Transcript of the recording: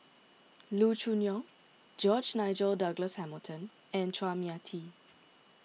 Loo Choon Yong George Nigel Douglas Hamilton and Chua Mia Tee